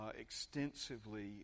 extensively